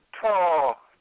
tall